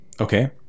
Okay